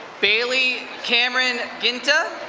bailey cameron ginta.